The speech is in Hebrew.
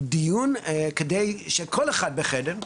הוא דיון כדי שכל אחד בחדר,